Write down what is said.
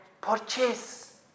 purchase